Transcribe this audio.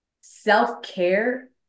self-care